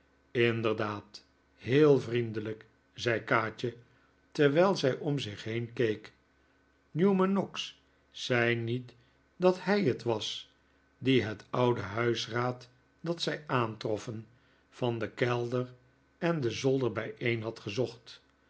inderdaad heel vriendelijk zei kaatje terwijl zij om zich heen keek newman noggs zei niet dat hij het was die het oude huisraad dat zij aantroffen van den kelder en den zolder bijeen had gezocht